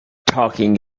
talking